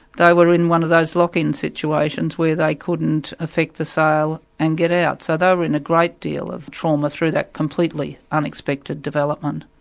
they were in one of those lock-in situations where they couldn't effect the sale and get out. so they were in a great deal of trauma through that completely unexpected development.